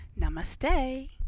Namaste